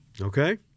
Okay